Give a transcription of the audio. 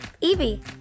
Evie